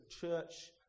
church